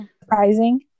surprising